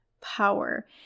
power